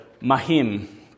Mahim